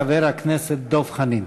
חבר הכנסת דב חנין.